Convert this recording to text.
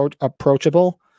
approachable